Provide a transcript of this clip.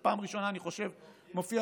אני חושב שזה